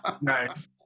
nice